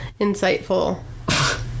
insightful